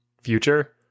future